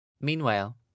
Meanwhile